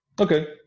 Okay